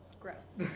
Gross